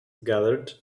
gathered